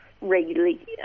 regularly